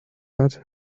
hat